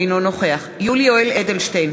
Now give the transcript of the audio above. אינו נוכח יולי יואל אדלשטיין,